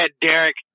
Derek